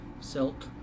Silk